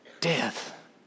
Death